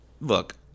look